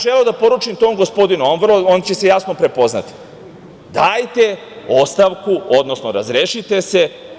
Želeo bi da poručim tom gospodinu, a on će se jasno prepoznati - dajte ostavku, odnosno razrešite se.